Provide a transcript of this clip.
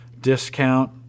discount